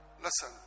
Listen